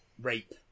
rape